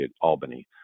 Albany